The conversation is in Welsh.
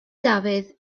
dafydd